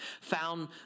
found